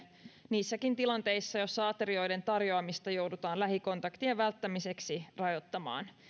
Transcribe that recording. niissäkin tilanteissa joissa aterioiden tarjoamista joudutaan lähikontaktien välttämiseksi rajoittamaan